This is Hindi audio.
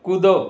कूदो